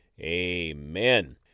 Amen